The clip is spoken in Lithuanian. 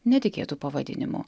netikėtu pavadinimu